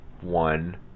one